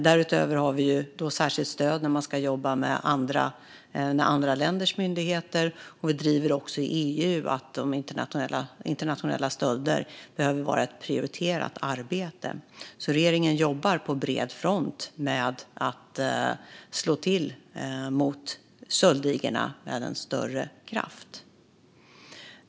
Därutöver har vi särskilt stöd när man ska jobba med andra länders myndigheter. Vi driver också i EU att internationella stölder behöver vara ett prioriterat arbete. Regeringen jobbar på bred front för att slå till mot stöldligorna med större kraft.